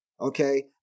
Okay